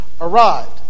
arrived